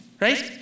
right